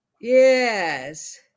yes